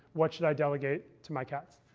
what should i delegate to my cats?